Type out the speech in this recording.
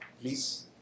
please